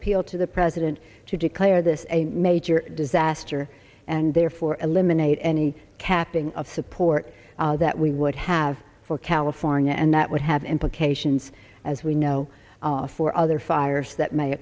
appeal to the president to declare this a major disaster and therefore eliminate any capping of support that we would have for california and that would have implications as we know for other fires that may